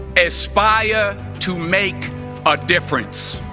aspire to make a difference